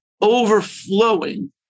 overflowing